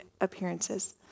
appearances